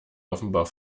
offenbar